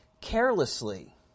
carelessly